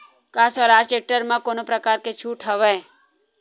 का स्वराज टेक्टर म कोनो प्रकार के छूट हवय?